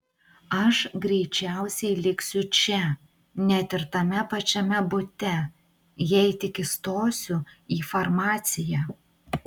aš greičiausiai liksiu čia net ir tame pačiame bute jei tik įstosiu į farmaciją